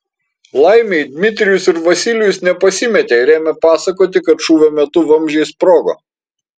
laimei dmitrijus ir vasilijus nepasimetė ir ėmė pasakoti kad šūvio metu vamzdžiai sprogo